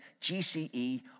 GCE